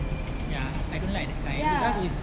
ya I don't like that kind because is